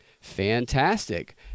Fantastic